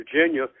Virginia